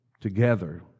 together